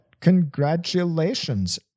congratulations